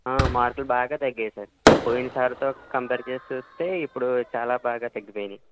ఆ మార్కులు బాగా తగ్గాయి సార్ పోయినసారితో కంపేర్ చేసి చూస్తే ఇప్పుడు చాలా బాగా తగ్గిపోయాయి